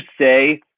say